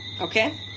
Okay